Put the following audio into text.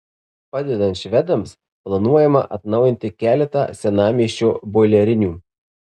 padedant švedams planuojama atnaujinti keletą senamiesčio boilerinių